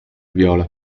viola